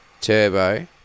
Turbo